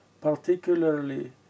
particularly